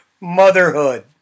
Motherhood